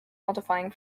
modifying